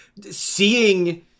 seeing